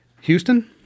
Houston